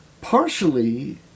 Partially